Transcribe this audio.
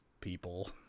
people